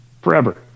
forever